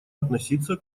относиться